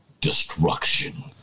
destruction